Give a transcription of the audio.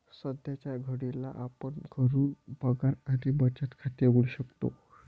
सध्याच्या घडीला आपण घरून पगार आणि बचत खाते उघडू शकतो